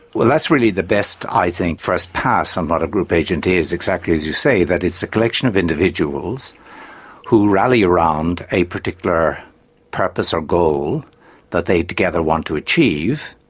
well, that's really the best i think first pass, on what but a group agent is, exactly as you say, that it's a collection of individuals who rally around a particular purpose or goal that they together want to achieve,